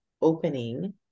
opening